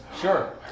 Sure